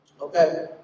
Okay